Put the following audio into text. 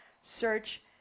search